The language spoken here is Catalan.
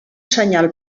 senyal